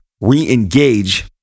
re-engage